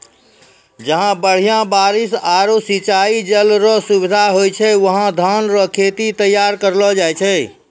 जहां बढ़िया बारिश आरू सिंचाई जल रो सुविधा होय छै वहां धान रो खेत तैयार करलो जाय छै